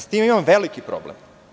S tim imam veliki problem.